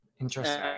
Interesting